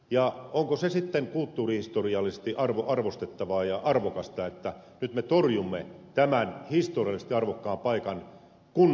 ja onko se sitten kulttuurihistoriallisesti arvostettavaa ja arvokasta että nyt me torjumme tämän historiallisesti arvokkaan paikan kunnostamisen tähän päivään